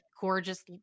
gorgeous